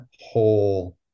whole